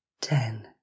ten